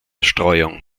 streuung